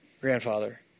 grandfather